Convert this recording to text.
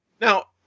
Now